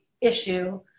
issue